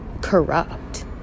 corrupt